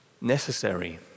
necessary